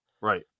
right